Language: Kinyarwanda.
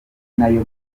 nayo